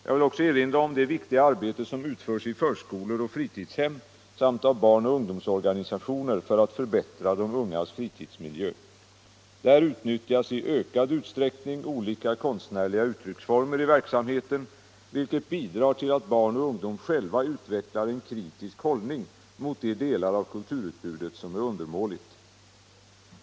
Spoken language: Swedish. Jag vill också erinra om det viktiga arbete som utförs i förskolor och fritidshem samt av barnoch ungdomsorganisationer för att förbättra de ungas fritidsmiljö. Där utnyttjas i ökad utsträckning olika konstnärliga uttrycksformer i verksamheten, vilket bidrar till att barn och ungdom själva utvecklar en kritisk hållning mot de delar av kulturutbudet som är undermåliga.